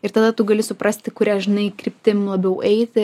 ir tada tu gali suprasti kuria žinai kryptim labiau eit tai